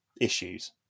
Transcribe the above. issues